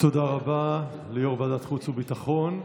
תודה רבה ליו"ר ועדת החוץ והביטחון.